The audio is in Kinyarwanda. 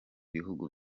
bihugu